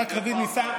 ברק רביד ניסה,